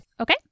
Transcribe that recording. Okay